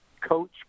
Coach